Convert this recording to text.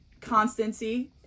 constancy